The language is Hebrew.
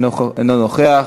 אינו נוכח,